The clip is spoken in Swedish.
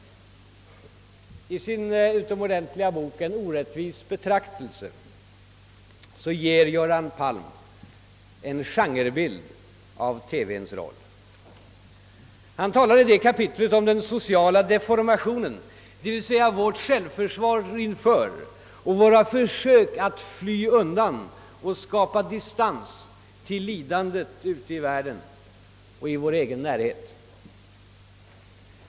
I sin utomordentliga bok »En orättvis betraktelse» ger Göran Palm en genrebild av TV:ns roll. Han talar i det ifrågavarande kapitlet om »den sociala deformationen», d.v.s. vårt självförsvar inför och våra försök att fly undan och skapa distans till lidandet ute i världen och i vår egen närhet.